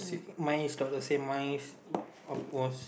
mine is got the same mine is